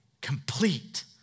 complete